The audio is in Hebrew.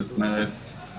זאת אומרת,